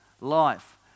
life